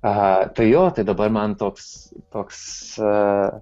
aha tai jo tai dabar man toks toks